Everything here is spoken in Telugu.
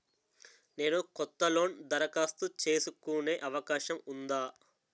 నేను కొత్త లోన్ దరఖాస్తు చేసుకునే అవకాశం ఉందా?